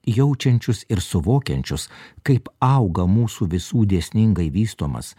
jaučiančius ir suvokiančios kaip auga mūsų visų dėsningai vystomas